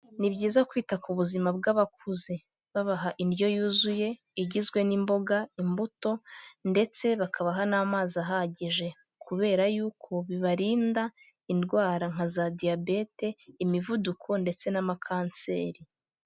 Ni byiza kwita ku buzima bw'abakuze, babaha indyo yuzuye igizwe n'imboga, imbuto, ndetse bakabaha n'amazi ahagije, kubera yuko bibarinda indwara nka za diyabete, imivuduko, ndetse n'amakanseri.